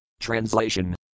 Translation